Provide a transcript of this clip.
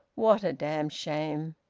what a damned shame!